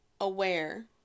aware